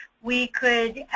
we could